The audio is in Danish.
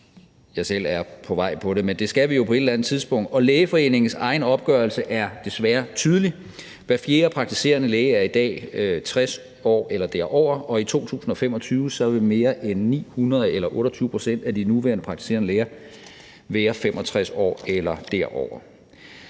jeg selv er på vej på det, men det skal vi jo på et eller andet tidspunkt – og Lægeforeningens egen opgørelse er desværre tydelig. Hver fjerde praktiserende læge er i dag 60 år eller derover, og i 2025 vil mere end 900, eller 28 pct. af de nuværende praktiserende læger, være 65 år eller derover.